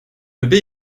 baie